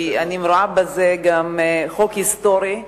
כי אני רואה בזה גם חוק היסטורי,